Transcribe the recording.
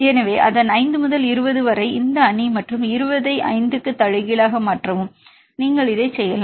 எனவே அதன் 5 முதல் 20 வரை இந்த அணி மற்றும் இந்த 20 ஐ 5 க்கு தலைகீழாக மாற்றவும் நீங்கள் இதைச் செய்யலாம்